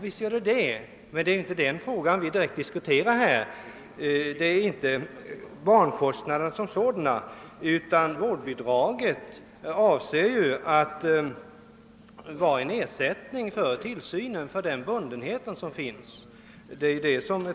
Visst är det så, men det är inte den frågan vi diskuterar här. Vårdbidraget avser inte att täcka barnkostnaderna som sådana utan avser att vara en ersättning för den bundenhet som tillsynen innebär.